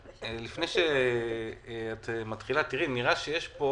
לפני שאת מתחילה, נראה שיש פה